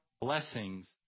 blessings